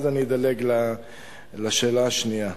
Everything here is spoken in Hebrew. ואז אדלג לשאלה השנייה.